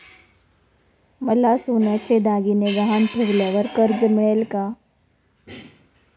मला सोन्याचे दागिने गहाण ठेवल्यावर कर्ज मिळेल का?